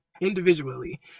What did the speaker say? individually